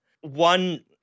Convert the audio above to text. One